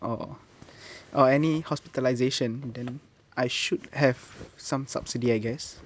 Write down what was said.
or or any hospitalisation then I should have some subsidy I guess